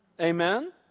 Amen